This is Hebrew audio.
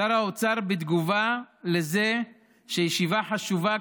שר האוצר, בתגובה על זה שישיבה חשובה,